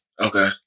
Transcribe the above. Okay